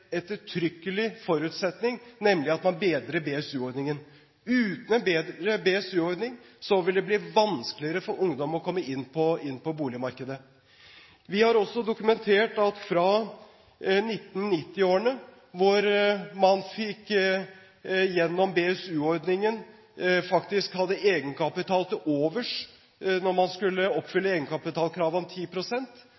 ettertrykkelig forutsetning, nemlig at man bedrer BSU-ordningen. Uten en bedre BSU-ordning vil det bli vanskeligere for ungdom å komme inn på boligmarkedet. Vi har også dokumentert fra 1990-årene at man gjennom BSU-ordningen faktisk hadde egenkapital til overs når man skulle